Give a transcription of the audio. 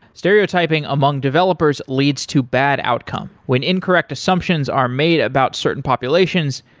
stereotyping among developers leads to bad outcome. when incorrect assumptions are made about certain populations,